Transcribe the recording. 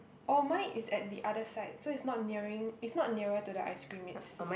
oh mine is at the other side so it's not nearing it's not nearer to the ice cream it's